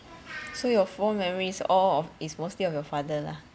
so your fond memories all of it's mostly of your father lah